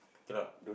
cannot